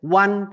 one